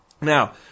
Now